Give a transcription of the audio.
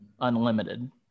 unlimited